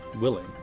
willing